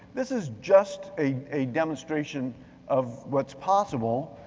this is just a a demonstration of what's possible.